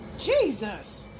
Jesus